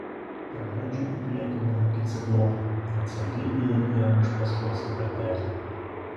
praleidžiu į priekį beakį ciklopą ir atsargiai įeinu jam iš paskos į tarpeklį